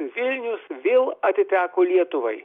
vilnius vėl atiteko lietuvai